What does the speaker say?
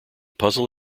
puzzle